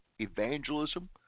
evangelism